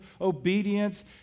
obedience